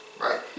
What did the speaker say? right